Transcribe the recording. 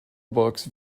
books